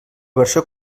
versió